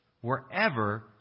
wherever